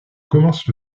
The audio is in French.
commence